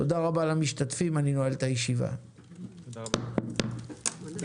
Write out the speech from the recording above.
תודה רבה למשתתפים.